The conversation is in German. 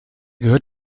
gehört